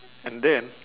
and then